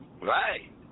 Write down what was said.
right